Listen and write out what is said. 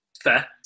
Fair